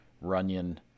Runyon